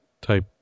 type